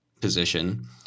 position